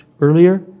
earlier